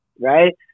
right